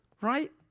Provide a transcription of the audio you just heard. right